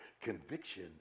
Conviction